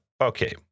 okay